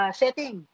setting